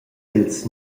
pils